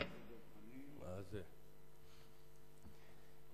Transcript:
ואחריו, שאלה נוספת גם לחבר הכנסת דב חנין.